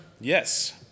yes